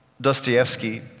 Dostoevsky